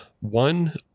One